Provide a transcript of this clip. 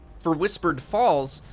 for whispered falls,